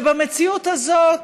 ובמציאות הזאת,